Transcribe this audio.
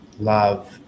love